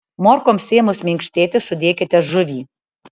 morkoms ėmus minkštėti sudėkite žuvį